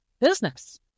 business